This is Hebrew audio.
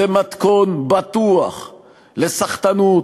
זה מתכון בטוח לסחטנות,